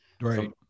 Right